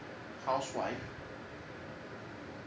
housewife